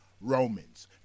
Romans